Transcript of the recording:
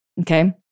Okay